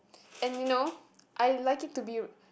and you know I like it to be